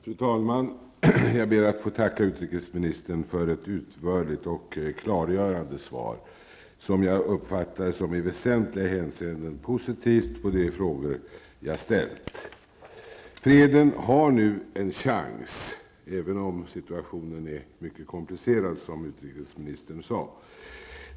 Fru talman! Jag ber att få tacka utrikesministern för ett utförligt och klargörande svar, som jag uppfattade som i väsentliga hänseenden positivt på de frågor som jag har ställt. Freden har nu en chans även om situationen är mycket komplicerad, som utrikesministern sade.